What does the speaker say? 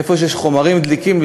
איפה שיש חומרים דליקים,